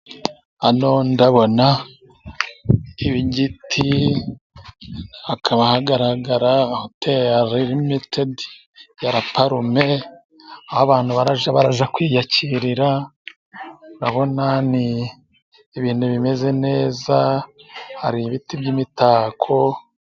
Hano ndabonaho igiti, hakaba hagaragara hoteri limitedi ya la Parume, aho abantu barajya baraza kwiyakirira. Urabona ibintu bimeze neza hari ibiti by'imitako.